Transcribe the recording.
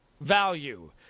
value